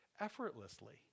effortlessly